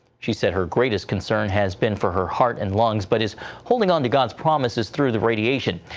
she said her greatest concern has been for her heart and lungs but is holding on to god's promises through the radiation.